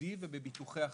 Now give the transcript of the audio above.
הסיעודי ובביטוחי החיים,